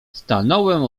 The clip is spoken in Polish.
stanąłem